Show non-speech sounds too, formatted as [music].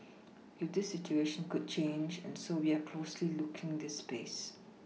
[unintelligible] this situation could change and so we are closely looking this space